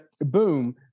boom